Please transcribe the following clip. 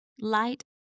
Light